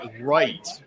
right